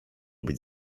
być